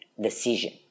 decision